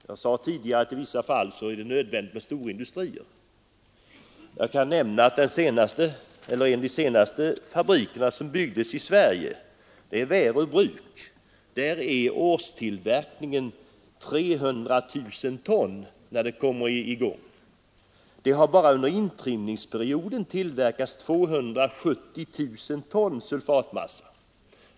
Jag sade tidigare att det i vissa fall är nödvändigt med storindustrier. Jag kan nämna att vid en av de senaste fabrikerna som byggdes i Sverige, Väröbruk, blir årstillverkningen 300 000 ton när den kommer i gång på allvar. Det har bara under intrimningsperioden tillverkats 270 000 ton sulfatmassa.